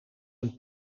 een